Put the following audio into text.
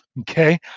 Okay